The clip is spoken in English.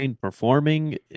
performing